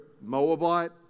Moabite